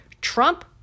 Trump